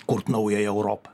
kurt naująją europą